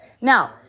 Now